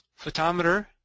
photometer